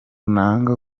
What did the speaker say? nanga